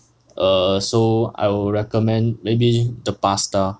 err so I would recommend maybe the pasta